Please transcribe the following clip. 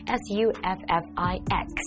s-u-f-f-i-x